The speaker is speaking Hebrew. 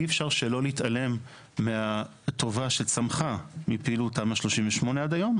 אי אפשר שלא להתעלם מהטוב שצמח מפעילות תמ"א 38 עד היום.